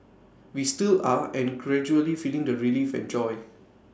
we still are and gradually feeling the relief and joy